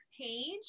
page